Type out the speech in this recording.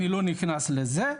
אני לא נכנס לזה,